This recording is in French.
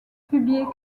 publié